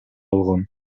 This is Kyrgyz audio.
алган